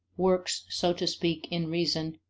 works, so to speak, in reason,